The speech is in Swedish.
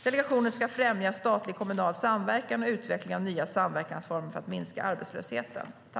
Delegationen ska främja statlig och kommunal samverkan och utveckling av nya samverkansformer för att minska arbetslösheten.